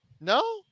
No